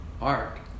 art